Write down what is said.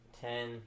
Ten